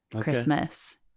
christmas